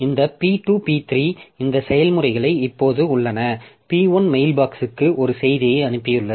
இந்த P2 P3 இந்த செயல்முறைகள் இப்போது உள்ளன P1 மெயில்பாக்ஸ்க்கு ஒரு செய்தியை அனுப்பியுள்ளது